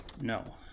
No